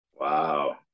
wow